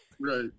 Right